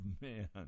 man